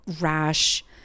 rash